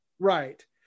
Right